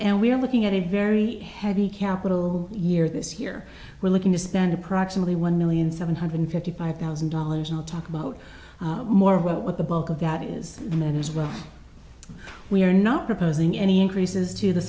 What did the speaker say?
and we are looking at a very heavy capital year this year we're looking to spend approximately one million seven hundred fifty five thousand dollars and i'll talk about more what the bulk of that is and that is well we are not proposing any increases to the